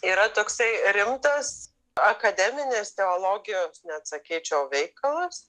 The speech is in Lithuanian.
yra toksai rimtas akademinės teologijos net sakyčiau veikalas